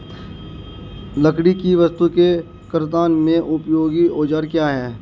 लकड़ी की वस्तु के कर्तन में उपयोगी औजार क्या हैं?